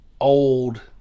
Old